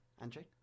Andrew